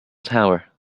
tower